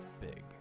big